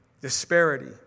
Disparity